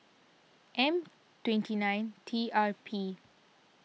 M twenty nine T R P